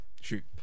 Shoot